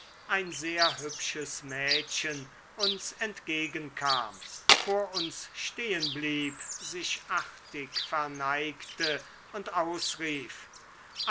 ein sehr hübsches mädchen uns entgegen kam vor uns stehen blieb sich artig verneigte und ausrief